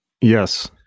Yes